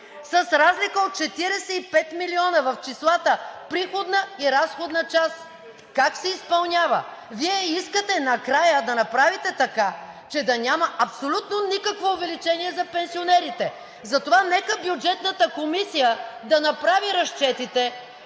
с разлика от 45 милиона в числата приходна и разходна част?! Как се изпълнява?! Вие искате накрая да направите така, че да няма абсолютно никакво увеличение за пенсионерите! Затова нека Бюджетната комисия да направи разчетите,